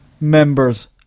members